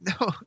No